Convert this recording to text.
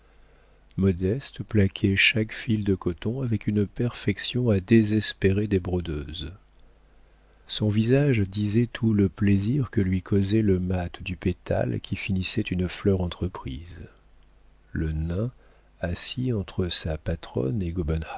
modeste plaquait chaque fil de coton avec une perfection à désespérer des brodeuses son visage disait tout le plaisir que lui causait le mat du pétale qui finissait une fleur entreprise le nain assis entre sa patronne et